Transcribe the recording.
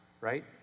right